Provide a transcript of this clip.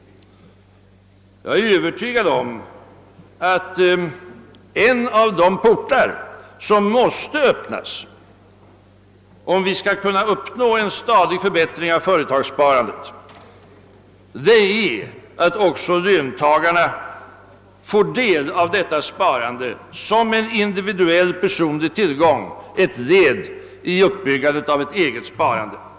Jag är övertygad om att en av de portar som måste öppnas, om vi skall kunna uppnå en stadig förbättring av företagssparandet, är att även löntagarna får del av detta sparande såsom en individuell, personlig tillgång, såsom ett led i uppbyggandet av ett eget sparande.